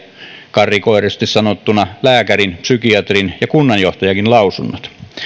karrikoidusti sanottuna lääkärin psykiatrin ja kunnanjohtajankin lausunnot